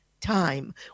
time